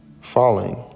falling